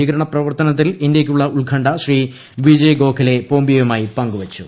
ഭീകരണപ്രവർത്തനത്തിൽ ഇന്ത്യയ്ക്കുള്ള ഉത്കണ്ഠ ശ്രീ വിജയ് ഗോഖലെ പോംപിയോയുമായി പങ്കുവച്ചു